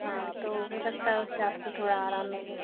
हाँ तो हो सकता है उससे आपको थोड़ा आराम मिले